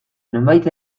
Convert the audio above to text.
nonbait